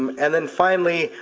um and then finally,